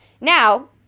Now